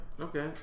Okay